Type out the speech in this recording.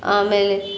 ಆಮೇಲೆ